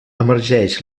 emergeix